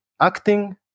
acting